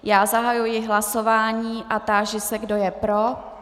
Já zahajuji hlasování a táži se, kdo je pro.